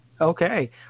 okay